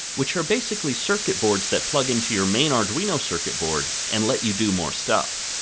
which are basically circuit boards that plug into your main arduino circuit board, and let you do more stuff.